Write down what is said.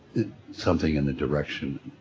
something in the direction,